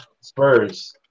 Spurs